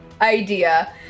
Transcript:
idea